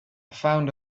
found